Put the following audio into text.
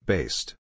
Based